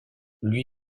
lui